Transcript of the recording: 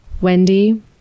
Wendy